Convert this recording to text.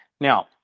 Now